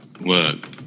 Work